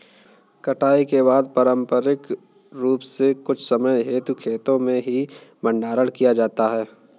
कटाई के बाद पारंपरिक रूप से कुछ समय हेतु खेतो में ही भंडारण किया जाता था